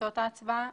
שעות ההצבעה,